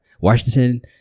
Washington